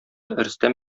рөстәм